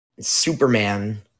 Superman